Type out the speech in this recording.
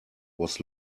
was